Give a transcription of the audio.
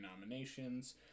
nominations